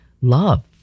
love